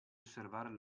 osservare